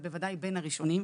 אבל בוודאי בין הראשונות.